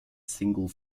single